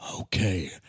Okay